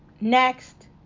Next